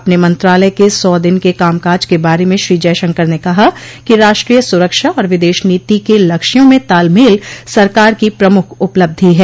अपने मंत्रालय के सौ दिन के कामकाज के बारे में श्री जयशंकर ने कहा कि राष्ट्रीय सुरक्षा और विदेश नीति के लक्ष्यों में तालमेल सरकार की प्रमुख उपलब्धि है